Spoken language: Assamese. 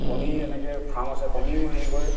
কণী এনেকৈ ফাৰ্ম আছে কণীও হেৰি কৰে